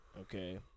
okay